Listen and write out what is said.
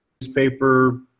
newspaper